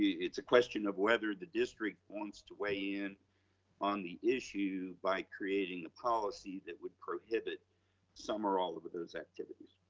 it's a question of whether the district wants to weigh in on the issue by creating a policy that would prohibit some or all of those activities.